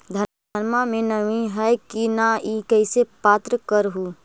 धनमा मे नमी है की न ई कैसे पात्र कर हू?